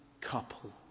couple